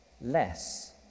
less